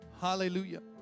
Hallelujah